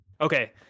okay